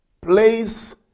Place